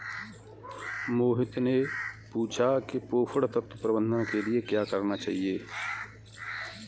मोहित ने पूछा कि पोषण तत्व प्रबंधन के लिए क्या करना चाहिए?